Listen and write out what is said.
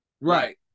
Right